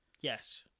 Yes